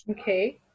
Okay